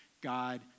God